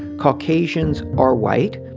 caucasians are white.